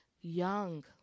young